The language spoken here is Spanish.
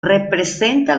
representa